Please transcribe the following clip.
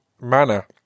manner